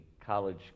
college